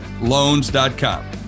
loans.com